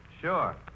Sure